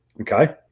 Okay